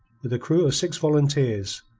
with a crew of six volunteers,